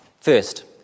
First